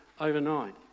overnight